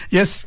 Yes